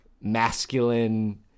masculine